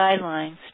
guidelines